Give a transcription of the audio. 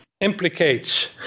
implicates